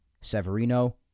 Severino